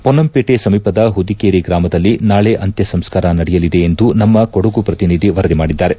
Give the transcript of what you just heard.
ಪೊನ್ನಂಪೇಟೆ ಸಮೀಪದ ಹುದಿಕೇರಿ ಗ್ರಾಮದಲ್ಲಿ ನಾಳೆ ಅಂತ್ಯಸಂಸ್ನಾರ ನಡೆಯಲಿದೆ ಎಂದು ನಮ್ನ ಕೊಡಗು ಶ್ರತಿನಿಧಿ ವರದಿ ಮಾಡಿದ್ದಾರೆ